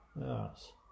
yes